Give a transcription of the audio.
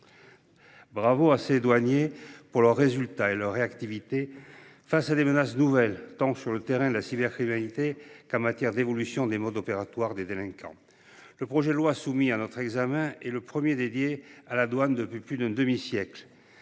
Bravo à nos douaniers pour leurs résultats et leur réactivité face à des menaces nouvelles, tant sur le terrain de la cybercriminalité qu’en matière d’évolution des modes opératoires des délinquants ! Le projet de loi soumis à notre examen est le premier à être consacré à la douane depuis plus d’un demi siècle.